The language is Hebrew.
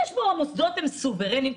המוסדות הם סוברניים,